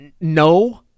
No